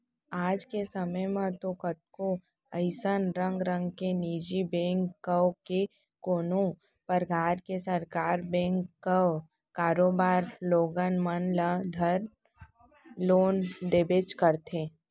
आज के समे म तो कतको अइसन रंग रंग के निजी बेंक कव के कोनों परकार के सरकार बेंक कव करोबर लोगन मन ल धर लोन देबेच करथे